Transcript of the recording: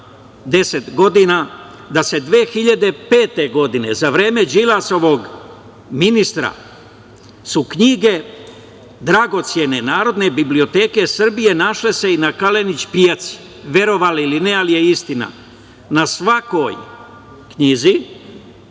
godina, da su se 2005. godine za vreme Đilasovog ministra knjige dragocene Narodne biblioteke Srbije našle se i na Kalenić pijaci, verovali ili ne, ali je istina. Na svakoj knjizi